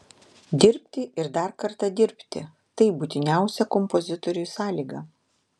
dirbti ir dar kartą dirbti tai būtiniausia kompozitoriui sąlyga